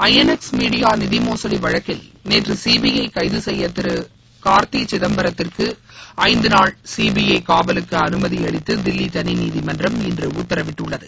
ஐ N X media நிதிமோசடி வழக்கில் நேற்று சிபிஐ கைது செய்த திரு கார்த்தி சிதம்பரத்திற்கு ஐந்து நாள் சிபிஐ காவலுக்கு அனுமதியளிதது தில்லி தனி நீதிமன்றம் இன்று உத்தரவிட்டுள்ளது